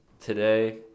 today